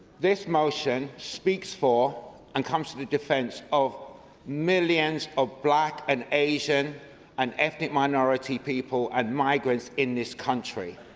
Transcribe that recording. this motion speaks for and comes to the defence of millions of black and asian and ethnic minority people and migrants in this country.